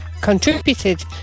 contributed